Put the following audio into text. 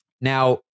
now